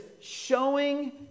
showing